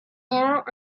more